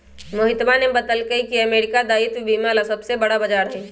मोहितवा ने बतल कई की अमेरिका दायित्व बीमा ला सबसे बड़ा बाजार हई